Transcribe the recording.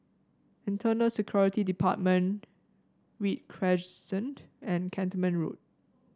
Internal Security Department Read Crescent and Cantonment Road